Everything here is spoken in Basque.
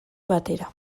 batera